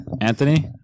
Anthony